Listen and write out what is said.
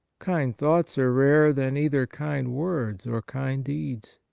kind thoughts are rarer than either kind words or kind deeds.